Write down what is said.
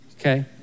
okay